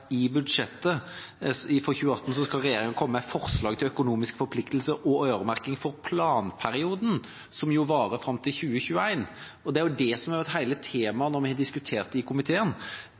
i budsjettet for 2018 skal regjeringa komme med forslag til økonomiske forpliktelser og øremerking for planperioden, som jo varer fram til 2021. Det er det som har vært hele temaet når vi har diskutert det i komiteen.